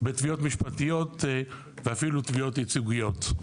בתביעות משפטיות ואפילו תביעות ייצוגיות.